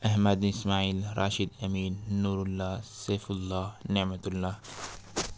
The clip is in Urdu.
احمد اسمٰعیل راشد امین نوراللہ سیف اللہ نعمت اللہ